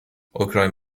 اوکراین